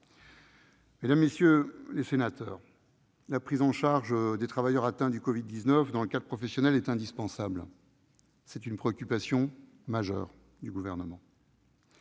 Mesdames, messieurs les sénateurs, la prise en charge des travailleurs atteints du Covid-19 dans le cadre professionnel est indispensable. C'est une préoccupation majeure du Gouvernement.